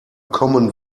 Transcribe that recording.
common